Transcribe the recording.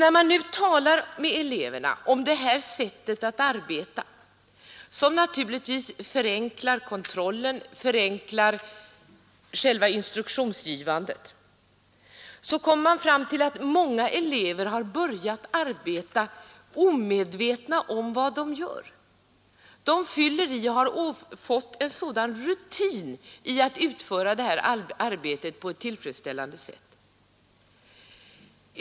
När man talar med eleverna om det sättet att arbeta, som naturligtvis förenklar kontrollen och förenklar själva instruktionsgivandet, kommer man fram till att många elever har börjat arbeta, omedvetna om vad de gör! De bara fyller i och har fått stor rutin på att utföra detta arbete på ett tillfredsställande sätt.